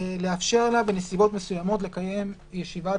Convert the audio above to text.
לאפשר לה בנסיבות מסוימות לקיים ישיבת